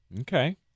okay